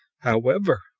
however,